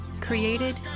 Created